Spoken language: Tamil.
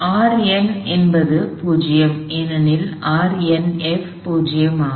எனவே Rn என்பது 0 ஏனெனில் Rnf என்பது 0 ஆகும்